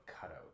cutout